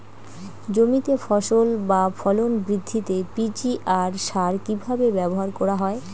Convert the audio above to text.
জমিতে ফসল বা ফলন বৃদ্ধিতে পি.জি.আর সার কীভাবে ব্যবহার করা হয়?